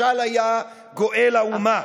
משל היה "גואל האומה",